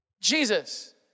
Jesus